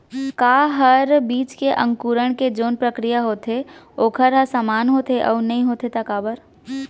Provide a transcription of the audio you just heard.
का हर बीज के अंकुरण के जोन प्रक्रिया होथे वोकर ह समान होथे, अऊ नहीं होथे ता काबर?